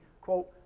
quote